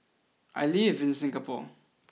I live in Singapore